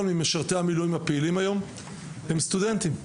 ממשרתי המילואים הפעילים היום הם סטודנטים.